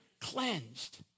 Cleansed